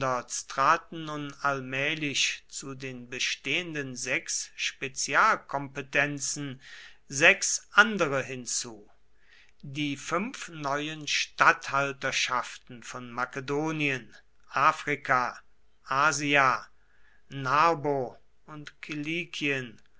traten nun allmählich zu den bestehenden sechs spezialkompetenzen sechs andere hinzu die fünf neuen statthalterschaften von makedonien africa asia narbo und